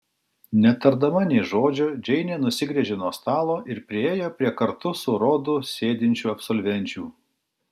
netardama nė žodžio džeinė nusigręžė nuo stalo ir priėjo prie kartu su rodu sėdinčių absolvenčių